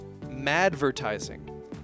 Madvertising